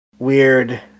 weird